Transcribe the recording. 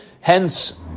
Hence